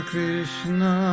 Krishna